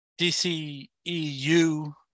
dceu